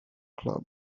club